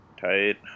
Tight